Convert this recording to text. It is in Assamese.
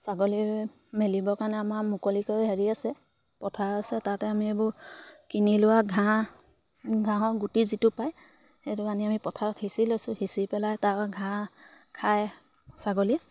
ছাগলী মেলিবৰ কাৰণে আমাৰ মুকলিকৈ হেৰি আছে পথাৰ আছে তাতে আমি এইবোৰ কিনি লোৱা ঘাঁহ ঘাঁহৰ গুটি যিটো পায় সেইটো আনি আমি পথাৰত সিঁচি লৈছোঁ সিঁচি পেলাই তাৰ ঘাঁহ খাই ছাগলী